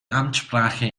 amtssprache